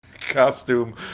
costume